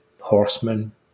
horsemen